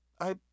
I